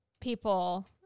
people